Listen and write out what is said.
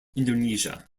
indonesia